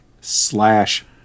slash